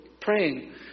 praying